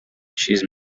cheese